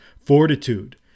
fortitude